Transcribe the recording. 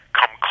come